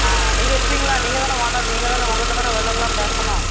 ஆ நீங்கள் இருப்பீங்களா நீங்கள் தானே ஓனர்ரு நீங்கள் தானே உங்கள் கிட்ட தானே வெலையெல்லாம் பேசணும்